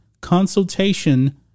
consultation